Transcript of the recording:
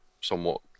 somewhat